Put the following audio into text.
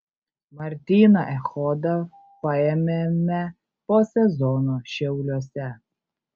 martyną echodą paėmėme po sezono šiauliuose